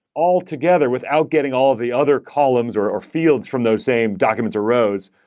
altogether without getting all the other columns or or fields from those same documents or rows,